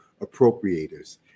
appropriators